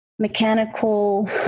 mechanical